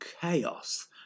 chaos